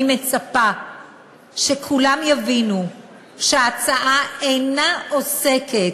אני מצפה שכולם יבינו שההצעה אינה עוסקת,